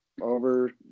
over